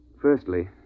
Firstly